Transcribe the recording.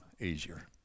easier